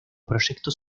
proyecto